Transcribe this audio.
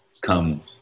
come